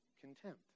contempt